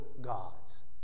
gods